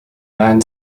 man